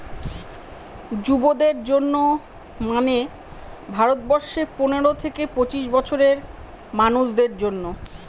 যুবদের জন্য মানে ভারত বর্ষে পনেরো থেকে পঁচিশ বছরের মানুষদের জন্য